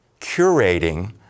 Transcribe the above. curating